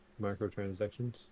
microtransactions